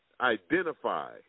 identify